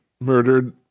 Murdered